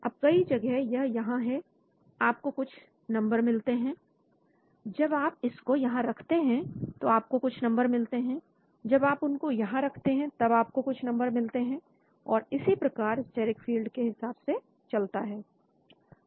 अब कई जगह यह यहां है आपको कुछ नंबर मिलते हैं जब आप इसको यहां रखते हैं तब आपको कुछ नंबर मिलते हैं जब आप उनको यहां रखते हैं तब आपको कुछ नंबर मिलते हैं और इसी प्रकार स्टेरिक फील्ड के हिसाब से चलता है